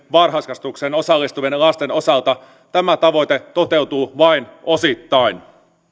varhaiskasvatukseen osallistuvien lasten osalta tämä tavoite toteutuu vain osittain